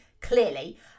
clearly